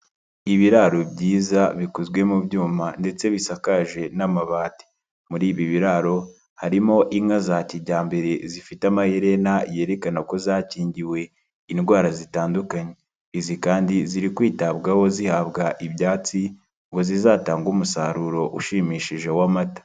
Ibiraro byiza bikozwe mu byuma ndetse bisakaje n'amabati. Muri ibi biraro, harimo inka za kijyambere zifite amaherena yerekana ko zakingiwe indwara zitandukanye. Izi kandi ziri kwitabwaho zihabwa ibyatsi, ngo zizatange umusaruro ushimishije w'amata.